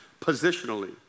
positionally